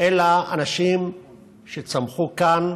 אלא אנשים שצמחו כאן,